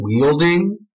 wielding